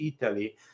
Italy